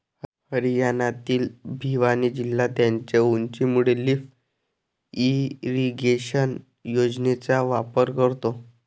हरियाणातील भिवानी जिल्हा त्याच्या उंचीमुळे लिफ्ट इरिगेशन योजनेचा वापर करतो